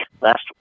last